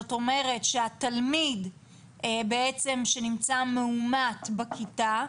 זאת אומרת שהתלמיד שנמצא מאומת בכיתה,